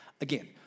Again